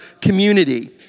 community